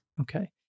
Okay